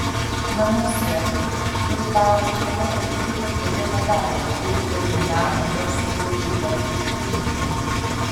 namuose bilbao ekipa užbaigė pradėtą darbą ir eliminavo garsųjį klubą iš turnyro